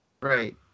Right